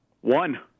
One